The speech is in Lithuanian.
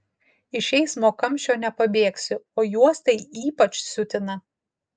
iš eismo kamščio nepabėgsi o juos tai ypač siutina